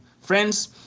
friends